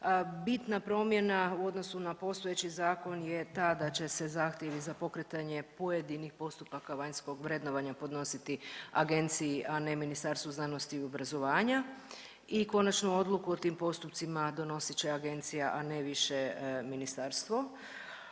Bitna promjena u odnosu na postojeći zakon je ta da će se zahtjevi za pokretanje pojedinih postupaka vanjskog vrednovanja podnositi agenciji, a ne Ministarstvu znanosti i obrazovanja i konačnu odluku o tim postupcima donosit će agencija, a ne više ministarstvo.